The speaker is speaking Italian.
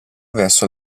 verso